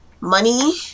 money